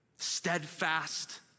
steadfast